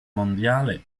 mondiale